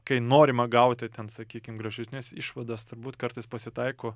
kai norima gauti ten sakykim gražesnes išvadas turbūt kartais pasitaiko